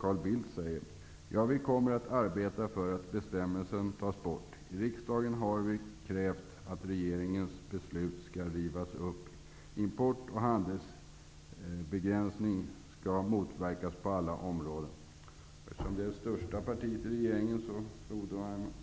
Carl Bildt säger som svar på detta: ''Ja, vi kommer att arbeta för att bestämmelsen tas bort. I riksdagen har vi krävt att regeringens beslut ska rivas upp. Import och handelsbegränsningar ska motverkas på alla områden.'' Eftersom Moderaterna är det största partiet i regeringen